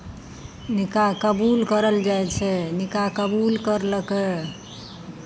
निकाह कबूल करल जाइ छै निकाह कबूल करलकै